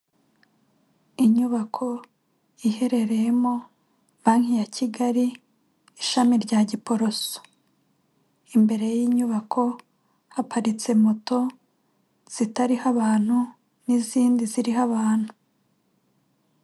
Inyubako iherereyemo banki ya kigali, ishami rya giporoso. Imbere y inyubako haparitse moto zitariho abantu n'izindi ziriho abantu.